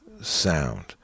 sound